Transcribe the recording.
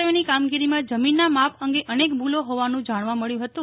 પરંતુ રી સર્વેની કામગીરીમાં જમીનના માપ અંગે અનેક ભુલો હોવાનું જાણવા મળ્યું હતું